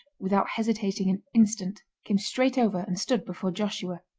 without hesitating an instant, came straight over and stood before joshua.